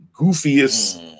goofiest